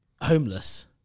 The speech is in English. Homeless